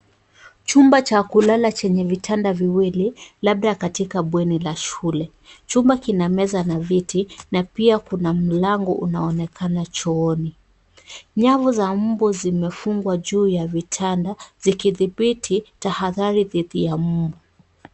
Chumba cha kulala chenye vitanda viwili labda katika bweni la shule. Chumba kina meza na viti na pia kuna mlango unaonekana chooni. Nyavu za mbu zimefungwa juu ya vitanda zikitibithi tahadhari dhidi ya mbu.